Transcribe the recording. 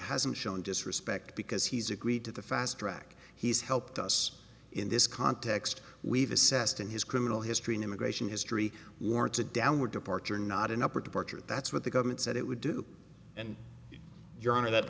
hasn't shown disrespect because he's agreed to the fastrack he's helped us in this context we've assessed in his criminal history an immigration history warrants a downward departure not an up or departure that's what the government said it would do and your honor that